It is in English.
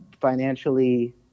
financially